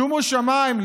שומו שמיים,